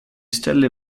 stelle